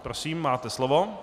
Prosím, máte slovo.